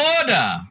order